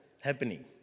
happening